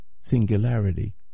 Singularity